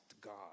God